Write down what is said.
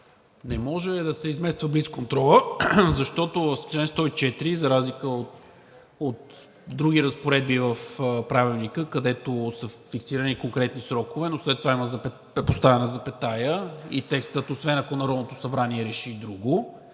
Не може да се измества блицконтролът, защото в чл. 104 за разлика от други разпоредби в Правилника, където са фиксирани конкретни срокове, след това има поставена запетая и текста: „освен ако Народното събрание реши друго“,